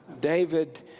David